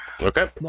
Okay